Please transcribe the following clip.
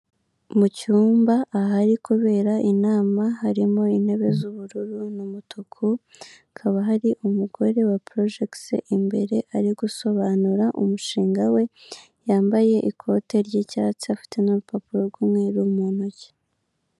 Mu cyumba ahari kubera inama, harimo intebe z'ubururu n'umutuku hakaba hari umugore wa porojekise imbere ari gusobanura umushinga we, yambaye ikote ry'icyatsi, afite n'urupapuro rw'umweru mu ntoki.